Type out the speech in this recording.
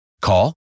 Call